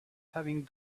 having